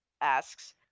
asks